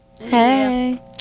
hey